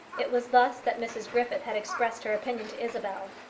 it was thus that mrs griffith had expressed her opinion to isabel.